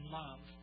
love